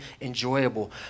enjoyable